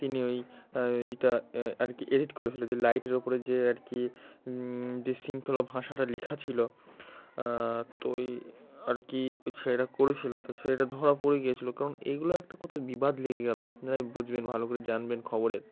তিনি ওই এটা আর কি এডিট করেছিলো যে লাইটের ওপরে যে আর কি যে শৃঙ্খলা ভাষাটা লেখা ছিলো তো ওই আর কিই সেটা করেছিলো তাো সেটা ধরা পড়ে গিয়েছিলো কারণ এগুলো একটা কত বিবাদ লেগে গেলো আপনারাই বুঝবেন ভালো করে জানবেন খবরের